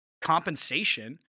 compensation